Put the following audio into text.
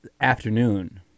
afternoon